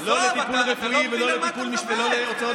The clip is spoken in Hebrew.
לאורך שנים,